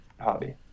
hobby